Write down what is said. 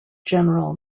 general